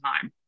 time